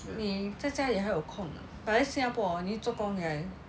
你在家里还有空 but 在新加坡 orh 你做工 eh